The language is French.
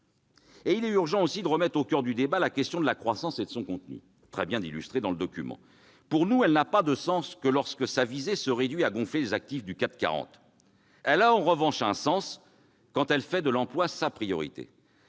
; il est urgent de remettre au coeur du débat la question de la croissance et de son contenu, question très bien illustrée dans le document. Selon nous, la croissance n'a pas de sens lorsque sa visée se réduit à gonfler les actifs du CAC 40 ; elle a en revanche du sens quand elle fait de l'emploi sa priorité.